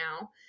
now